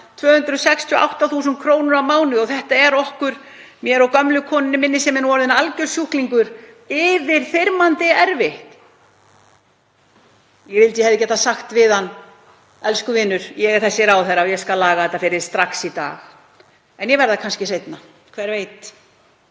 268.000 kr. á mánuði og þetta er okkur, mér og gömlu konunni minni sem er nú orðin alger sjúklingur, yfirþyrmandi erfitt. Ég vildi að ég hefði getað sagt við hann: Elsku vinur. Ég er þessi ráðherra og ég skal laga þetta fyrir strax í dag. En ég verð það kannski seinna, hver veit?